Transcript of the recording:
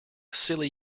silly